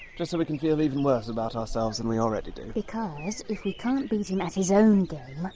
just so we can feel even worse about ourselves than we already do? because if we can't beat him at his own game,